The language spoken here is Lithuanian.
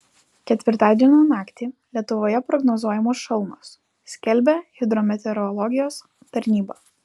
ketvirtadienio naktį lietuvoje prognozuojamos šalnos skelbia hidrometeorologijos tarnyba